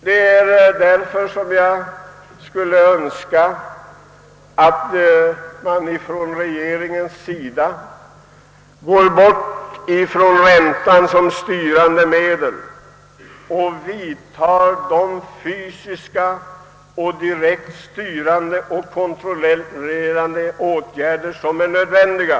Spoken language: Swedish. Det är mot denna bakgrund jag framför önskemålet att regeringen skall upphöra att använda räntan som styrande medel och i stället vidtaga de direkt kontrollerande fysiska åtgärder som är nödvändiga.